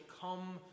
come